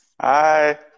Hi